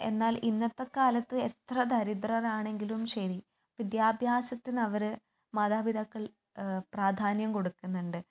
എന്നാൽ ഇന്നത്ത കാലത്ത് എത്ര ദരിദ്രരാണെങ്കിലും ശരി വിദ്യാഭ്യാസത്തിനവര് മാതാപിതാക്കൾ പ്രാധാന്യം കൊടുക്കുന്നുണ്ട്